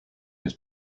his